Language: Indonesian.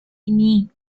ini